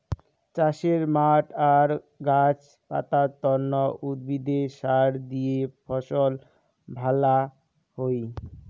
চাষের মাঠে আর গাছ পাতার তন্ন উদ্ভিদে সার দিলে ফসল ভ্যালা হই